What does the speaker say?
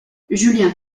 julien